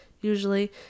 usually